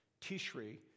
Tishri